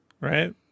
right